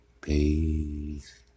Peace